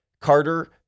Carter